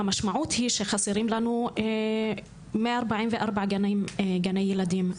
והמשמעותי היא שחסרים לנו 144 גנים, גני ילדים.